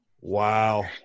Wow